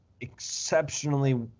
exceptionally